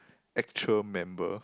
actual member